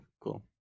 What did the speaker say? cool